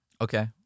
Okay